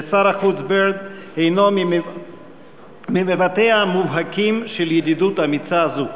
ושר החוץ בירד הנו ממבטאיה המובהקים של ידידות אמיצה זו.